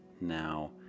Now